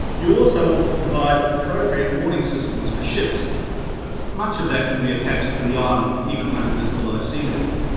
you also want to provide appropriate warning systems for ships but much of that can be attached to the island even when it is below sea level.